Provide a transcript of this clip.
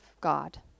God